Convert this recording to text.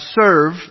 serve